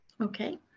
Okay